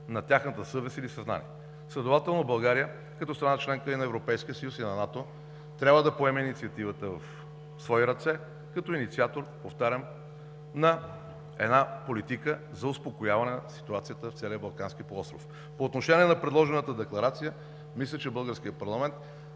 на тяхната съвест или съзнание, следователно България като страна – членка и на Европейския съюз, и на НАТО, трябва да поеме инициативата в свои ръце като инициатор, повтарям, на една политика за успокояване на ситуацията в целия Балкански полуостров. По отношение на предложената декларация, мисля, че българският парламент